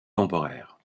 temporaire